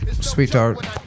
Sweetheart